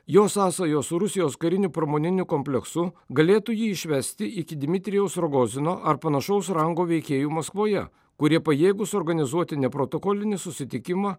jo sąsajos su rusijos kariniu pramoniniu kompleksu galėtų jį išvesti iki dmitrijaus rogozino ar panašaus rango veikėjų maskvoje kurie pajėgūs organizuoti neprotokolinį susitikimą